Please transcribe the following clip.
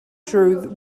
drew